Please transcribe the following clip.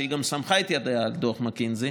שגם סמכה את ידיה על דוח מקינזי,